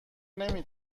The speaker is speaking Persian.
نمی